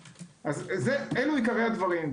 אלו עיקרי הדברים.